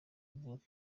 avuga